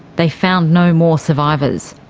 they found no more survivors.